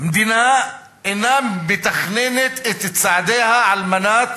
שמדינה אינה מתכננת את צעדיה על מנת